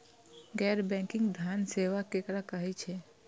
गैर बैंकिंग धान सेवा केकरा कहे छे?